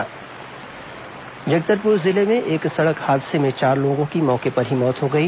दुर्घटना जगदलपुर जिले में एक सड़क हादसे में चार लोगों की मौके पर ही मौत हो गई